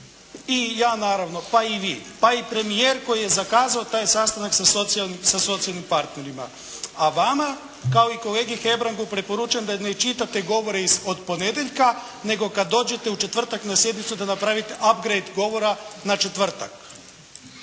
i ja naravno. Pa i vi. Pa i premijer koji je zakazao taj sastanak sa socijalnim partnerima. A vama kao i kolegi Hebrangu preporučam da ne čitate govore od ponedjeljka nego kad dođete u četvrtak na sjednicu da napravite … /Govornik